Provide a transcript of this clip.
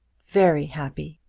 very happy.